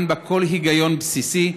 אין בה כל היגיון בסיסי,